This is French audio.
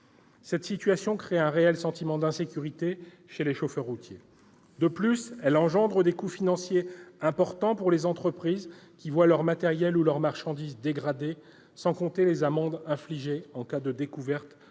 Cette situation crée un réel sentiment d'insécurité chez les chauffeurs routiers. De plus, elle entraîne des coûts financiers importants pour les entreprises qui voient leur matériel ou leurs marchandises dégradés, sans compter les amendes infligées en cas de découverte